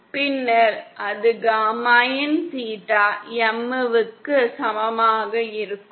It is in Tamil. பின்னர் அது காமாin தீட்டா M வுக்கு சமமாக இருக்கும்